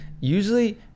usually